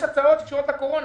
יש הצעות שקשורות לקורונה.